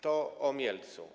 To o Mielcu.